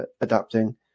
adapting